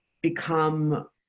become